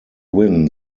win